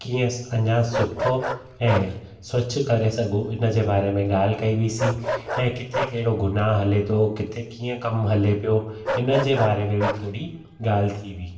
कीअं अञा सुठो ऐं स्वच्छ करे सघूं उन जे बारे में ॻाल्हि कई हुइसीं ऐं किथे कहिड़ो गुनाह हले थो किथे कीअं कमु हले पियो हिननि जे बारे में बि थोरी ॻाल्हि थी हुई